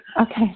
Okay